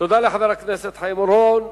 תודה לחבר הכנסת חיים אורון.